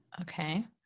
Okay